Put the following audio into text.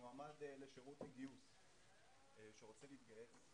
מועמד לגיוס חרדי שרוצה להתגייס,